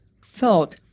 felt